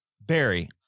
Barry